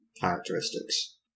characteristics